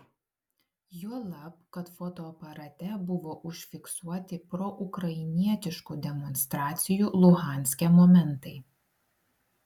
juolab kad fotoaparate buvo užfiksuoti proukrainietiškų demonstracijų luhanske momentai